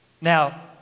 Now